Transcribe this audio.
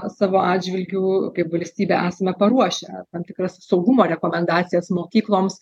savo atžvilgiu kaip valstybė esame paruošę tam tikras saugumo rekomendacijas mokykloms